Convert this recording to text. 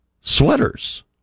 Sweaters